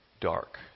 dark